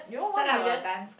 set up a dance